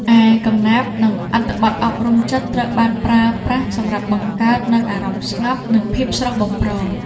ឯកំណាព្យ និងអត្ថបទអប់រំចិត្ត ត្រូវបានប្រើប្រាស់សម្រាប់បង្កើតនូវអារម្មណ៍ស្ងប់ និងភាពស្រស់បំព្រង។